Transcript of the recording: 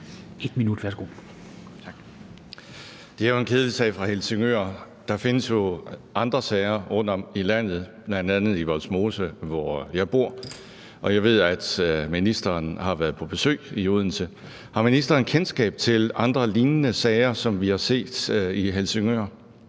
Det er jo en kedelig sag fra Helsingør. Der findes jo andre sager rundtom i landet, bl.a. i Vollsmose, hvor jeg bor, og jeg ved, at ministeren har været på besøg i Odense. Har ministeren kendskab til andre sager, der ligner den, vi har set i Helsingør?